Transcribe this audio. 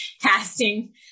casting